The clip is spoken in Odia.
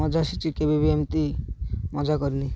ମଜା ଆସିଛି କେବେ ବି ଏମିତି ମଜା କରିନି